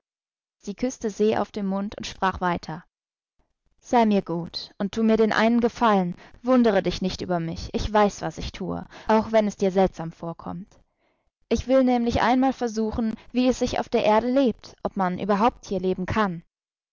sie küßte se auf den mund und sprach weiter sei mir gut und tu mir den einen gefallen wundere dich nicht über mich ich weiß was ich tue auch wenn es dir seltsam vorkommt ich will nämlich einmal versuchen wie es sich auf der erde lebt ob man überhaupt hier leben kann